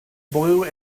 blue